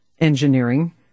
engineering